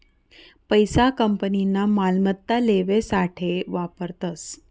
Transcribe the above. पैसा कंपनीना मालमत्ता लेवासाठे वापरतस